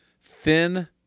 thin